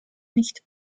nicht